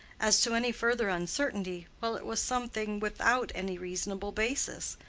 as to any further uncertainty well, it was something without any reasonable basis,